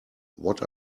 what